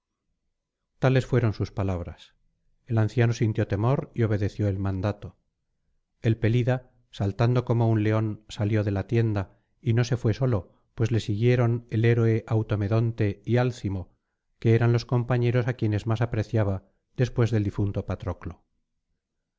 tales fueron sus palabras el anciano sintió temor y obedeció el mandato el pelida saltando como un león salió de la tienda y no se fué solo pues le siguieron el héroe automedonte y alcimo que eran los compañeros á quienes más apreciaba después del difunto patroclo